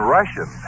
Russian